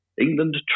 England